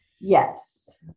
Yes